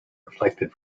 reflected